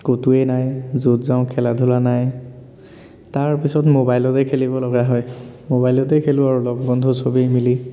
ক'তোৱেই নাই য'ত যাওঁ খেলা ধূলা নাই তাৰ পিছত মোবাইলতেই খেলিব লগা হয় মোবাইলতেই খেলোঁ আৰু লগ বন্ধু চবেই মিলি